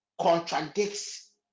contradicts